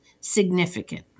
significant